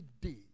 day